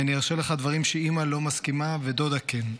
ואני ארשה לך דברים שאימא לא מסכימה ודודה כן.